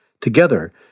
Together